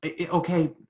Okay